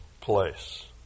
place